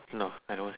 I know I know